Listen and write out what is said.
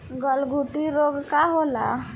गलघोंटु रोग का होला?